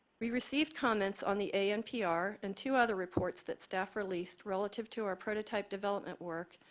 we received comments on the anpr and two other reports that staff released relative to our prototype development work,